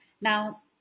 Now